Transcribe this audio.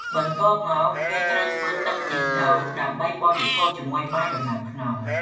បន្ទាប់មកគេត្រូវធ្វើទឹកខ្ទិះដូង ដើម្បីបរិភោគជាមួយបាយដំណើបខ្នុរ។